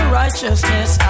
righteousness